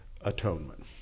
atonement